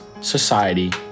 society